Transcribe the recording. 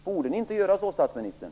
Borde ni inte göra det, statsministern?